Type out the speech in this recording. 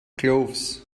gloves